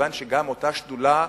מכיוון שאותה שדולה,